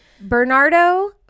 Bernardo